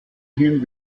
hin